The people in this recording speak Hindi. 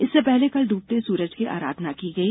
इससे पहले कल डूबते सुरज की आराधना की गई